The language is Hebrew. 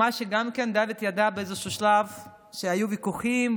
מה שעוד דוד ידע לעשות כשהיו ויכוחים,